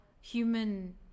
human